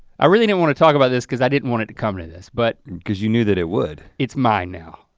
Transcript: i really didn't wanna talk about this cause i didn't want it to come to this but cause you knew that it would. it's mine now.